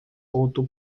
outro